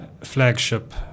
flagship